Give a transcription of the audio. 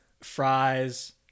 fries